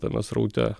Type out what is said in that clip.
tame sraute